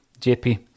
JP